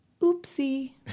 oopsie